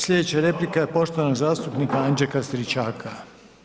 Slijedeća replika je poštovanog zastupnika Anđelka Stričaka.